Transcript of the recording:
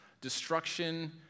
destruction